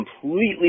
completely